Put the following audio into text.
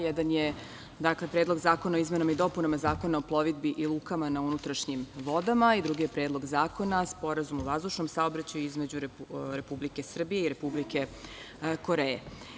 Jedan je Predlog zakona o izmenama i dopunama Zakona o plovidbi i lukama na unutrašnjim vodama i drugi je Predlog zakona Sporazum o vazdušnom saobraćaju između Vlade Republike Srbije i Vlade Republike Koreje.